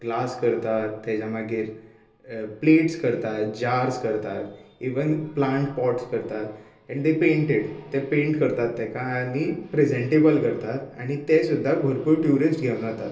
glass करतात तेच्या मागीर प्लेटस करतात जार्स करतात इवन प्लांट पोट्स करतात एंड दे पँट इट ते पँट करतात तेका आनी प्रॅजेंटेएबल करतात आनी तें सुद्दां भरपूर ट्युरीश्ट घेवन वतात